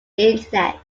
internet